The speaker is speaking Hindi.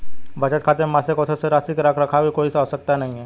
बचत खाते में मासिक औसत शेष राशि के रख रखाव की कोई आवश्यकता नहीं